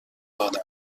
داده